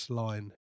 line